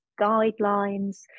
guidelines